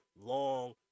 long